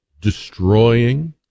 destroying